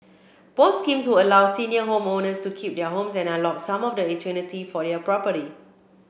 both schemes would allow senior homeowners to keep their homes and unlock some of the intuitive for their property